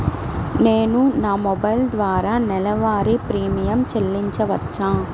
నేను నా మొబైల్ ద్వారా నెలవారీ ప్రీమియం చెల్లించవచ్చా?